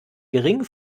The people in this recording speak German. geringen